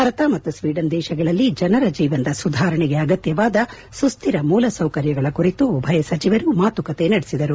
ಭಾರತ ಮತ್ತು ಸ್ವೀಡನ್ ದೇಶಗಳಲ್ಲಿ ಜನರ ಜೀವನದ ಸುಧಾರಣೆಗೆ ಅಗತ್ಯವಾದ ಸುಸ್ವಿರ ಮೂಲಸೌಕರ್ಯಗಳ ಕುರಿತು ಉಭಯ ಸಚಿವರು ಮಾತುಕತೆ ನಡೆಸಿದರು